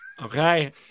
okay